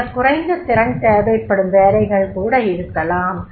மிகக் குறைந்த திறன் தேவப்படும் வேலைகள் கூட இருக்கலாம்